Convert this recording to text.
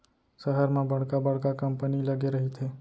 सहर म बड़का बड़का कंपनी लगे रहिथे